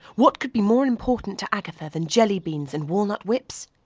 what could be more important to agatha than jelly beans and walnut whips?